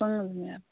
साँझमे आयब